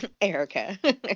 Erica